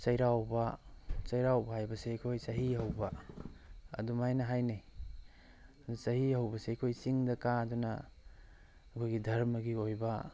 ꯆꯩꯔꯥꯎꯕ ꯆꯩꯔꯥꯎꯕ ꯍꯥꯏꯕꯁꯤ ꯑꯩꯈꯣꯏ ꯆꯍꯤ ꯍꯧꯕ ꯑꯗꯨꯃꯥꯏꯅ ꯍꯥꯏꯅꯩ ꯆꯍꯤ ꯍꯧꯕꯁꯦ ꯑꯩꯈꯣꯏ ꯆꯤꯡꯗ ꯀꯥꯗꯅ ꯑꯩꯈꯣꯏꯒꯤ ꯙꯔꯃꯒꯤ ꯑꯣꯏꯕ